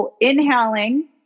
inhaling